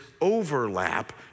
overlap